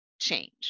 change